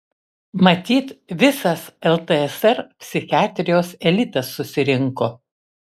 matyt visas ltsr psichiatrijos elitas susirinko